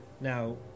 Now